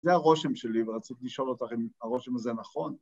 זה הרושם שלי, ורציתי לשאול אותך אם הרושם הזה נכון.